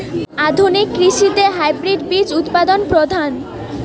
আধুনিক কৃষিতে হাইব্রিড বীজ উৎপাদন প্রধান